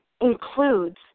includes